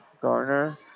Garner